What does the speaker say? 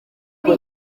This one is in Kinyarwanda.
ari